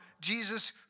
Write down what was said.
Jesus